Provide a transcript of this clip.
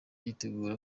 yitegura